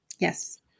Yes